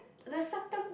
the suck thumb